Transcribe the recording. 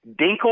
Dinkle